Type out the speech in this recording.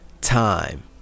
time